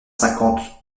cinquante